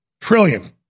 trillion